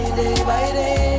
day-by-day